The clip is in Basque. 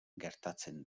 gertatzen